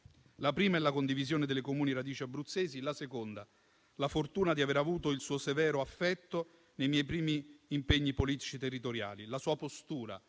La prima è la condivisione delle comuni radici abruzzesi; la seconda è la fortuna di aver avuto il suo severo affetto nei miei primi impegni politici territoriali. La sua postura,